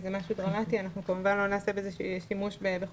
משהו דרמטי.